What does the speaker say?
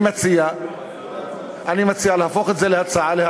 אני מציע להפוך את זה להצעה לסדר-היום,